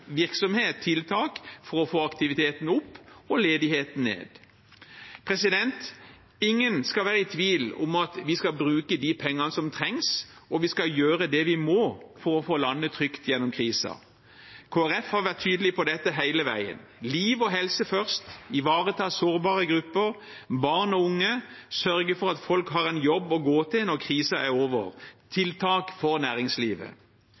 tiltak for å få aktiviteten opp og ledigheten ned. Ingen skal være i tvil om at vi skal bruke de pengene som trengs, og vi skal gjøre det vi må for å få landet trygt gjennom krisen. Kristelig Folkeparti har vært tydelig på dette hele tiden: Liv og helse først. Vi må ivareta sårbare grupper, barn og unge, sørge for at folk har en jobb å gå til når krisen er over, og ha tiltak for næringslivet.